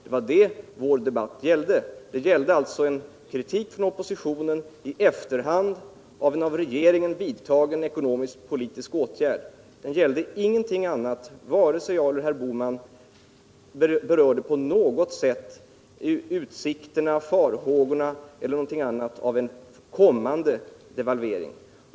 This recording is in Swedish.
Det var detta som vårdebatten gällde. Det var fråga om en kritik från oppositionen i efterhand av en av regeringen vidtagen ekonomisk-politisk åtgärd. Varken herr Bohman eller jag berörde på något sätt utsikterna eller farhågorna för en kommande devalvering.